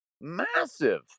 massive